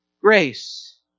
grace